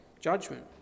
judgment